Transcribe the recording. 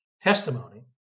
testimony